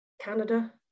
Canada